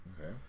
Okay